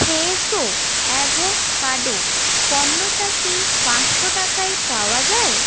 Fresho avocado পণ্যটা কি পাঁচশো টাকায় পাওয়া যায়